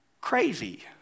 crazy